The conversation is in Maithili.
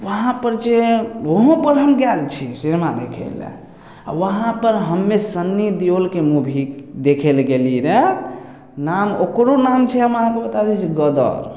वहाँ पर जे वहुँ पर हम गेल छी सिनेमा देखय लए वहाँ पर हम्मे सन्नी देवलके मूभी देखय लए गेलियै रए नाम ओकरो नाम छै हम अहाँके बता दै छी गदर